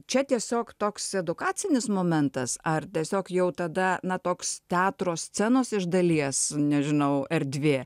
čia tiesiog toks edukacinis momentas ar tiesiog jau tada na toks teatro scenos iš dalies nežinau erdvė